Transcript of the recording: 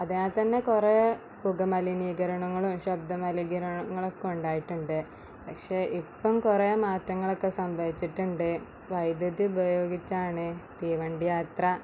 അതിനകത്ത് തന്നെ കുറെ പുക മലിനീകരണങ്ങളും ശബ്ദ് മലിനീകിരണങ്ങളുമൊക്കെ ഉണ്ടായിട്ടുണ്ട് പക്ഷേ ഇപ്പം കുറെ മാറ്റങ്ങളൊക്കെ സംഭവിച്ചിട്ടുണ്ട് വൈദ്യുതി ഉപയോഗിച്ചാണ് തീവണ്ടി യാത്ര